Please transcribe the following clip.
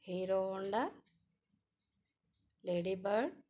Hero Honda ladybird